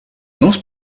most